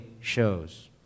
shows